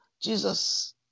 Jesus